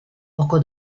poco